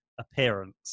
appearance